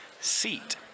seat